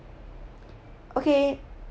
okay